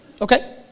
Okay